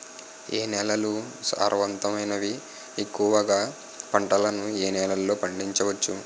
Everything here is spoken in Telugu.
ఏ నేలలు సారవంతమైనవి? ఎక్కువ గా పంటలను ఏ నేలల్లో పండించ వచ్చు?